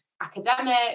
academic